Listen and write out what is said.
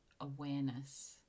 awareness